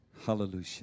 Hallelujah